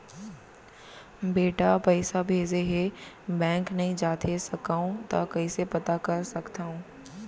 बेटा पइसा भेजे हे, बैंक नई जाथे सकंव त कइसे पता कर सकथव?